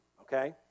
okay